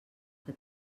que